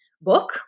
book